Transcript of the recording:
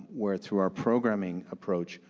where through our programming approach,